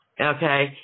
okay